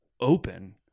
open